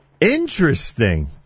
Interesting